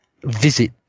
visit